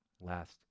last